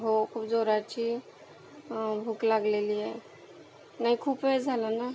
हो खूप जोराची भूक लागलेली आहे नाही खूप वेळ झाला ना